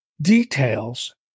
details